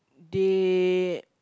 they